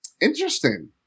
Interesting